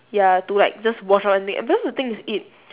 ya to like just wash one thing because the thing is it